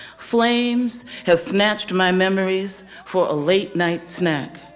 flames have snatched my memories for a late-night snack.